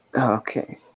Okay